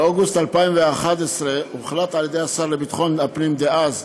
באוגוסט 2011 הוחלט על ידי השר לביטחון הפנים דאז,